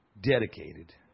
dedicated